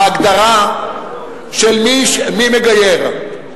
בהגדרה של מי מגייר.